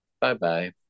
Bye-bye